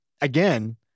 again